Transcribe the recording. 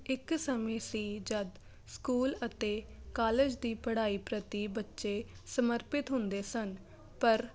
ਇੱਕ ਸਮੇਂ ਸੀ ਜਦ ਸਕੂਲ ਅਤੇ ਕਾਲਜ ਦੀ ਪੜ੍ਹਾਈ ਪ੍ਰਤੀ ਬੱਚੇ ਸਮਰਪਿਤ ਹੁੰਦੇ ਸਨ ਪਰ